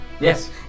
Yes